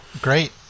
Great